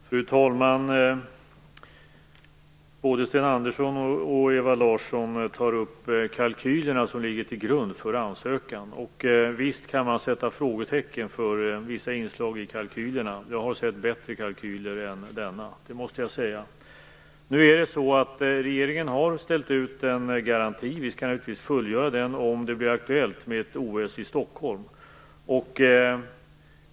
Fru talman! Både Sten Andersson och Ewa Larsson nämner de kalkyler som ligger till grund för ansökan. Visst kan man sätta frågetecken för vissa inslag i kalkylerna. Jag har sett bättre kalkyler än denna, det måste jag säga. Regeringen har ställt ut en garanti. Vi skall naturligtvis fullgöra den om det blir aktuellt med ett OS i Stockholm.